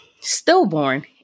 stillborn